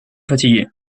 fatigué